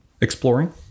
exploring